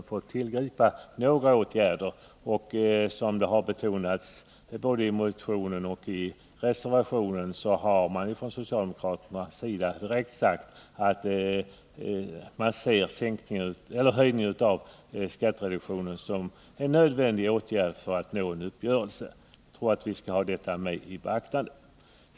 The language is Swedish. Från socialdemokraternas sida har man ju direkt utsagt — det har betonats både i motionen och i reservationen — att man ser en ökad skattereduktion som en nödvändig åtgärd för uppgörelser på arbetsmarknaden.